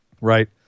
right